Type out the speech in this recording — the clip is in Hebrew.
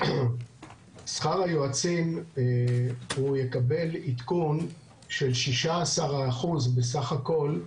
שכר היועצים יקבל עדכון של 16% בסך הכול,